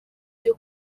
byo